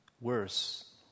worse